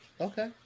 Okay